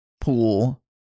pool